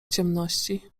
ciemności